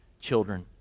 children